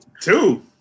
two